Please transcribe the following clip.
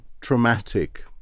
traumatic